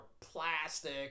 plastic